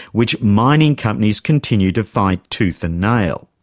which mining companies continue to fight tooth and nail.